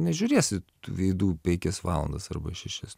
nežiūrėsi tų veidų penkias valandas arba šešias